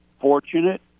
fortunate